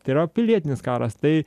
tai yra pilietinis karas tai